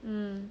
mm